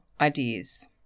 ideas